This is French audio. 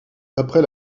après